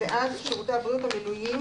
- לרבות בעבורבעד שירותי הבריאות המנויים